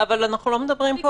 אנחנו לא מדברים פה